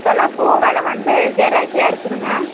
இப்போல்லாம் பூ வில வந்து கிராக்கியா இருக்குதுங்க